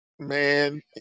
Man